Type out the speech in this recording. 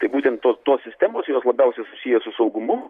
tai būtent tos tos sistemos jos labiausiai susiję su saugumu